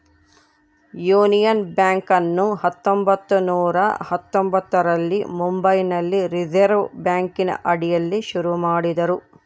union ಬ್ಯಾಂಕನ್ನು ಹತ್ತೊಂಭತ್ತು ನೂರ ಹತ್ತೊಂಭತ್ತರಲ್ಲಿ ಮುಂಬೈನಲ್ಲಿ ರಿಸೆರ್ವೆ ಬ್ಯಾಂಕಿನ ಅಡಿಯಲ್ಲಿ ಶುರು ಮಾಡಿದರು